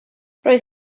roedd